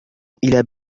إلى